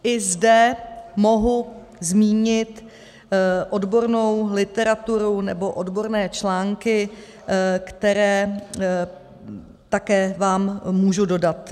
I zde mohu zmínit odbornou literaturu nebo odborné články, které také vám můžu dodat.